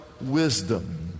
wisdom